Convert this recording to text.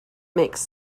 makes